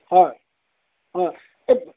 হয় হয় হয় এই